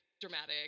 dramatic